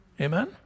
Amen